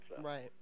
Right